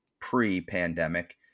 pre-pandemic